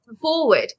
forward